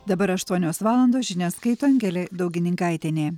dabar aštuonios valandos žinias skaito angelė daugininkaitienė